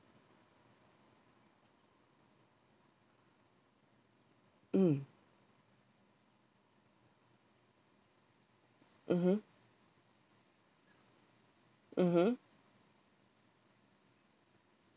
mm mmhmm mmhmm